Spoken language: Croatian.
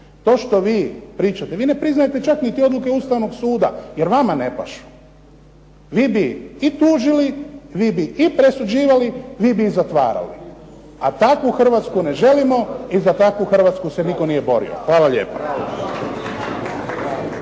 To što vi pričate, vi ne priznajete čak niti odluke Ustavnog suda jer vama ne pašu. Vi bi i tužili, vi bi i presuđivali, vi bi i zatvarali, a takvu Hrvatsku ne želimo i za takvu Hrvatsku se nitko nije borio. Hvala lijepo.